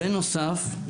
בנוסף,